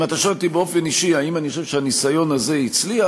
אם אתה שואל אותי באופן אישי אם אני חושב שהניסיון הזה הצליח,